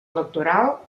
electoral